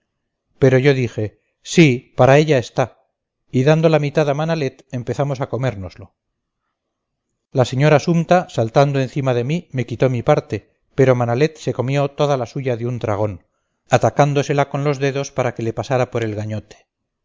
pero yo dije sí para ella está y dando la mitad a manalet empezamos a comérnoslo la señora sumta saltando encima de mí me quitó mi parte pero manalet se comió toda la suya de un tragón atacándosela con los dedos para que le pasara por el gañote